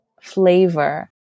flavor